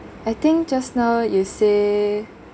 I think just now you say